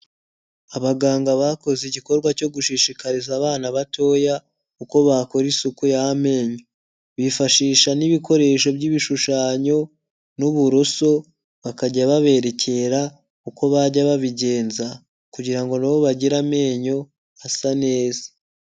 Abaganga bakoze igikorwa cyo gushishikariza abana batoya, uko bakora isuku y'amenyo, bifashisha n'ibikoresho by'ibishushanyo, n'uburoso, bakajya baberekera uko bajya babigenza, kugira ngo nabo bagire amenyo asa neza.